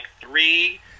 three